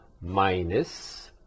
minus